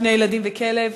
שני ילדים וכלב,